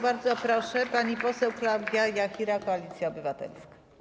Bardzo proszę, pani poseł Klaudia Jachira, Koalicja Obywatelska.